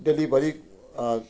delivery